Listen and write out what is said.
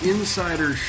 Insider